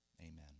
Amen